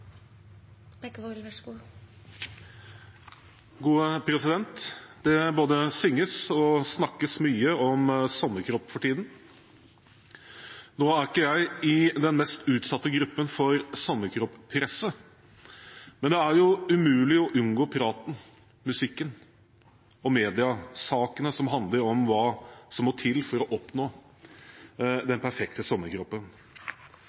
ikke jeg i den mest utsatte gruppen for sommerkropp-presset, men det er umulig å unngå praten, musikken og mediesakene som handler om hva som må til for å oppnå